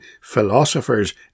philosophers